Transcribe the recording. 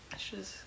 it's just